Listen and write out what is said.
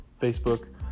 Facebook